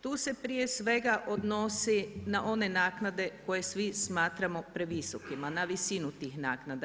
Tu se prije svega odnosi na one naknade koje svi smatramo previsokima, na visinu tih naknada.